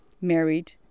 married